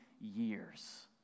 years